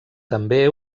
també